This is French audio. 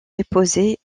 déposés